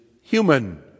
human